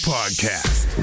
Podcast